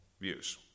views